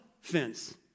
fence